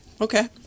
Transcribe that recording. okay